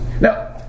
Now